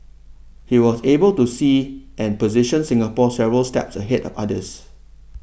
he was able to see and position Singapore several steps ahead of others